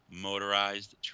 motorized